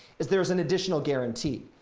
is there's an additional guarantee.